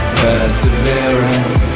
perseverance